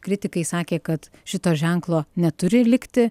kritikai sakė kad šito ženklo neturi likti